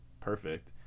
perfect